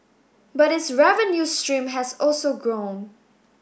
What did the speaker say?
but its revenue stream has also grown